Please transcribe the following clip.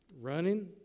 running